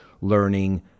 learning